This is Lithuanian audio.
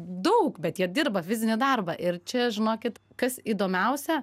daug bet jie dirba fizinį darbą ir čia žinokit kas įdomiausia